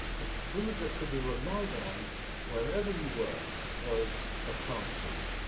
the food that could be relied on wherever you were was the plant food.